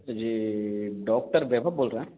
जी doctor Vaibhav बोल रहें